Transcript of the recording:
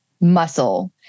Muscle